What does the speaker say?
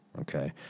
okay